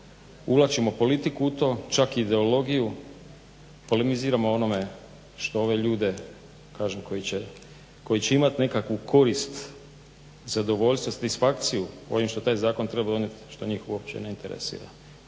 uvlačimo politiku u to, čak i ideologiju. Polemiziramo o onome što ove ljude, kažem koji će imat nekakvu korist, zadovoljstvo, satisfakciju ovim što taj zakon treba donijet, što njih uopće ne interesira.